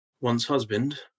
once-husband